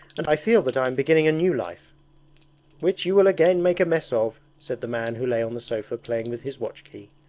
and i feel that i am beginning a new life which you will again make a mess of said the man who lay on the sofa playing with his watch-key.